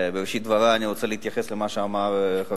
בראשית דברי אני רוצה להתייחס למה שאמר חבר